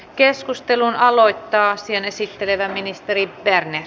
keskustelun aloittaa asian esittelevä ministeri berner